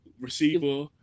receiver